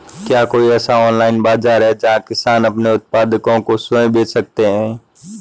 क्या कोई ऐसा ऑनलाइन बाज़ार है जहाँ किसान अपने उत्पादकों को स्वयं बेच सकते हों?